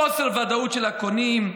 חוסר ודאות של הקונים,